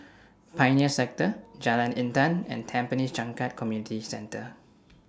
Pioneer Sector Jalan Intan and Tampines Changkat Community Centre